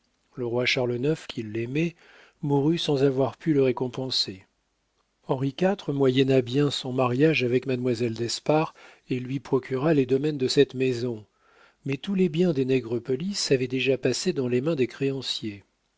le roi charles ix qui l'aimait mourut sans avoir pu le récompenser henri iv moyenna bien son mariage avec mademoiselle d'espard et lui procura les domaines de cette maison mais tous les biens des nègrepelisse avaient déjà passé dans les mains des créanciers